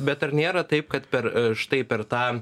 bet ar nėra taip kad per štai per tą